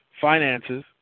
finances